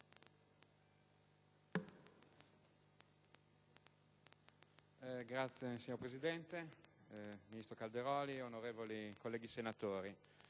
*(LNP)*. Signor Presidente, ministro Calderoli, onorevoli colleghi senatori,